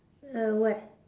err where